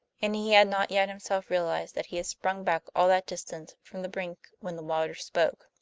and he had not yet himself realized that he had sprung back all that distance from the brink when the water spoke.